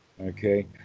okay